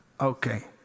Okay